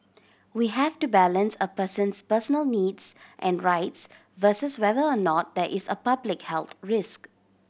we have to balance a person's personal needs and rights versus whether or not there is a public health risk